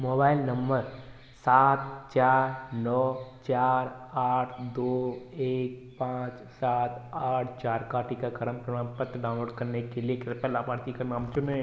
mobile number सात चार नौ चार आठ दो एक पाँच सात आठ चार का टीकाकरण प्रमाणपत्र डाउनलोड करने के लिए कृपया लाभार्थी का नाम चुनें